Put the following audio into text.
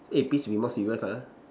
eh please be more serious ah